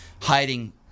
hiding